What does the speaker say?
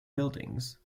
buildings